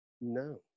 no